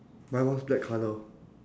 my one's black colour